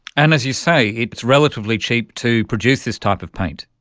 and, as you say, it is relatively cheap to produce this type of paint.